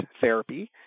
therapy